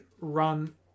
run